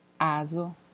Azul